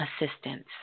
assistance